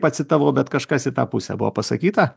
pacitavau bet kažkas į tą pusę buvo pasakyta